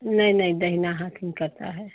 नहीं नहीं दहिना हाथ में करता है